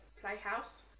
playhouse